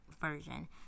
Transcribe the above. Version